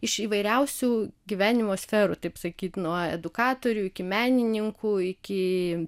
iš įvairiausių gyvenimo sferų taip sakyt nuo edukatorių iki menininkų iki